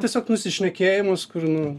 tiesiog nusišnekėjimus kur nu